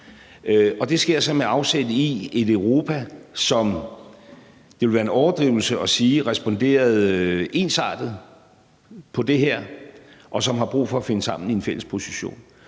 en overdrivelse at sige responderede ensartet på det her, og som har brug for at finde sammen i en fælles position.